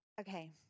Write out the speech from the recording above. Okay